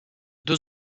deux